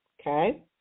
Okay